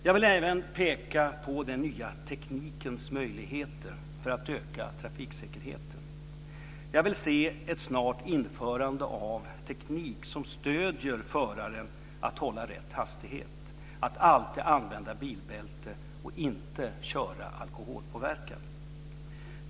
Jag vill även peka på den nya teknikens möjligheter att öka trafiksäkerheten. Jag vill se ett snart införande av teknik som stöder föraren att hålla rätt hastighet, att alltid använda bilbälte och inte köra alkoholpåverkad.